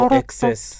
excess